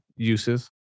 Uses